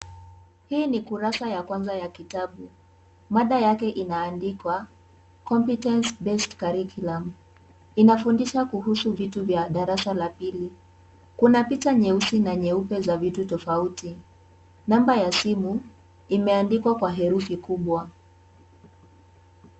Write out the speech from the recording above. Hii ni kurasa ya kwanza ya kitabu mada yake inaandikwa competence based curriculum . Inafundisha kuhusu vitu vya darasa la pili. Kuna picha nyeusi na nyeupe za vitu tofauti. Namba ya simu imeandikwa kwa herufi kubwa.